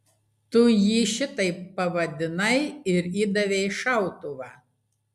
tu jį šitaip pavadinai ir įdavei šautuvą